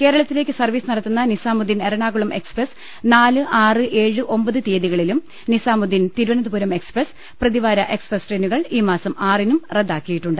കേരളത്തിലേക്കു സർവീസ് നടത്തുന്ന Nizamuddin Ernakulam express നാല് ആറ് ഏഴ് ഒമ്പത് തീയ്യതിക ളിലും നിസാമുദ്ദീൻ തിരുവനന്തപുരം എക്സ്പ്രസ് പ്രതിവാര എക്സ്പ്രസ് ട്രെയിനുകൾ ഈ മാസം ആറിനും റദ്ദാക്കിയിട്ടുണ്ട്